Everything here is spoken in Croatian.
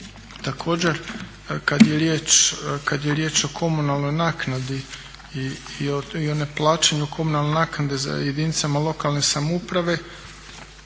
Također kad je riječ o komunalnoj naknadi i o neplaćanju komunalne naknade jedinicama lokalne samouprave